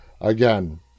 again